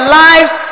lives